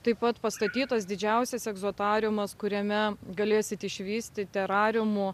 taip pat pastatytas didžiausias egzotariumas kuriame galėsit išvysti terariumo